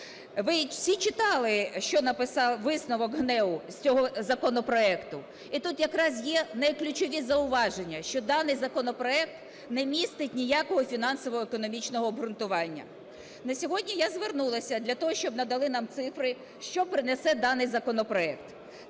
Ви всі читали, що написав... висновок ГНЕУ з цього законопроекту. І тут якраз є ключові зауваження, що даний законопроект не містить ніякого фінансово-економічного обґрунтування. На сьогодні я звернулася для того, щоб надали нам цифри, що принесе даний законопроект.